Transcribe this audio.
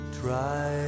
try